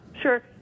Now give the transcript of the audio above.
sure